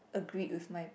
agreed with my